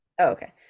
okay